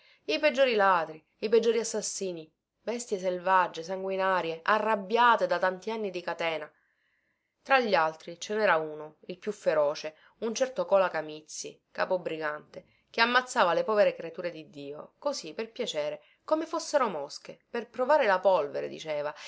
i peggiori ladri i peggiori assassini bestie selvagge sanguinarie arrabbiate da tanti anni di catena tra gli altri ce nera uno il più feroce un certo cola camizzi capobrigante che ammazzava le povere creature di dio così per piacere come fossero mosche per provare la polvere diceva